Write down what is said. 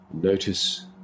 Notice